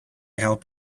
help